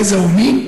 גזע ומין,